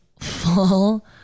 full